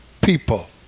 people